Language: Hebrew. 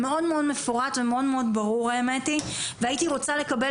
מאוד מאוד מפורט ומאוד מאוד ברור האמת היא והייתי רוצה לקבל